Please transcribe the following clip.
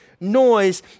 Noise